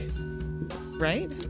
right